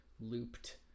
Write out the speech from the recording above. looped